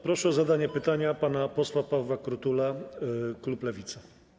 Proszę o zadanie pytania pana posła Pawła Krutula, klub Lewica.